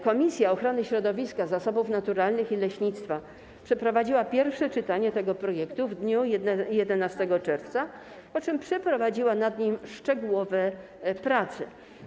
Komisja Ochrony Środowiska, Zasobów Naturalnych i Leśnictwa przeprowadziła pierwsze czytanie tego projektu w dniu 11 czerwca, po czym przeprowadziła nad nim szczegółowe prace.